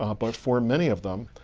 um but for many of them,